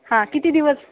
हां किती दिवस